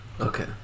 Okay